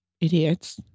idiots